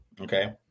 Okay